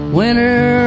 winter